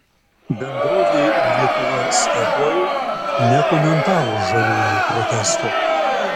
bendrovė lietuva statoil nekomentavo žaliųjų protesto